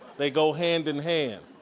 they go hand in hand.